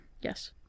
Yes